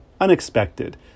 unexpected